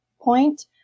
point